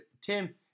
Tim